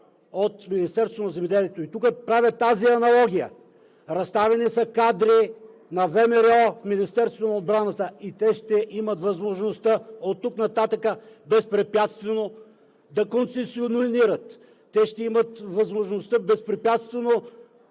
от Министерството на земеделието. И тук правя тази аналогия: разставени са кадри на ВМРО в Министерството на отбраната и те ще имат възможността оттук нататък безпрепятствено да концесионират, те ще имат възможността безпрепятствено